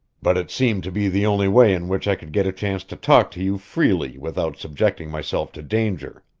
but it seemed to be the only way in which i could get a chance to talk to you freely without subjecting myself to danger.